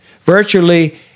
Virtually